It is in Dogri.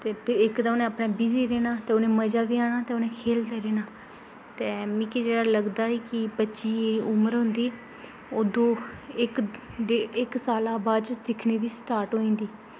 ते इक्क ते उ'नें बिज़ी रौह्ना ते उ'नें मजा बी आना ते उ'नें खेल्लदे रौह्ना ते मिगी जेह्ड़ा लगदा कि बच्चें दी उमर होंदी ओह् दौ इक्क ते इक्क साल दे बाद सिक्खनै गी स्टार्ट होई जंदी